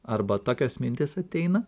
arba tokios mintys ateina